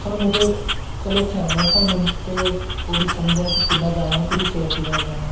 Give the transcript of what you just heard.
साह्नू चे चलो स्यानें ऐं स्हानू ते ओह्दा समझ ऐ कियां जाना पूरी सेफ्टी कन्नै जन्ने आं